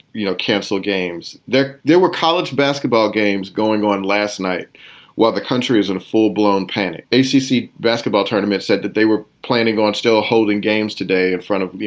you know, cancel games there. there were college basketball games going on last night while the country is in full blown panic. a. c. c basketball tournament said that they were planning on still holding games today in front of, you